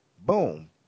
Boom